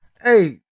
Hey